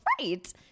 right